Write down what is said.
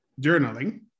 Journaling